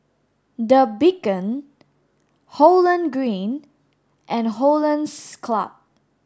the Beacon Holland Green and Hollandse Club